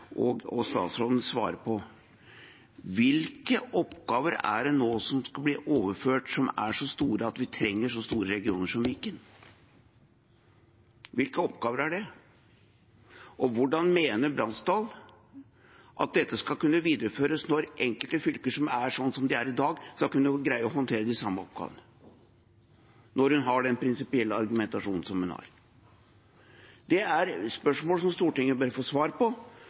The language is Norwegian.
saksordfører, og statsråden svarer på: Hvilke oppgaver er det nå som skal bli overført, som er så store at vi trenger så store regioner som Viken? Hvilke oppgaver er det, og hvordan mener Bransdal at dette skal kunne videreføres når enkelte fylker som er sånn som de er i dag, skal kunne greie å håndtere de samme oppgavene, når hun har den prinsipielle argumentasjonen som hun har? Det er spørsmål som Stortinget bør få svar på